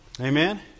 Amen